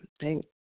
thank